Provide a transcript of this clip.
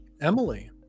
Emily